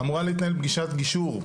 אמורה להתקיים פגישת גישור,